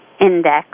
index